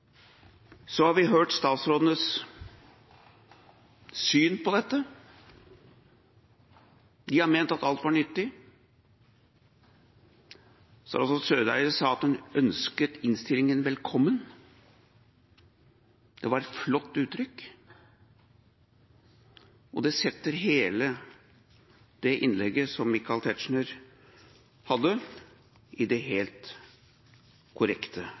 har hørt statsrådenes syn på dette. De har ment at alt var nyttig. Statsråd Eriksen Søreide sa at hun ønsket innstillingen velkommen. Det var et flott uttrykk, og det setter hele innlegget som Michael Tetzschner hadde, i det helt korrekte